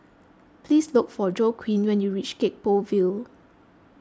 please look for Joaquin when you reach Gek Poh Ville